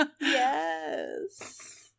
yes